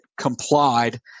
complied